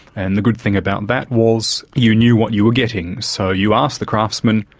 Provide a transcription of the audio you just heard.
and the good thing about that was you knew what you were getting, so you asked the craftsman,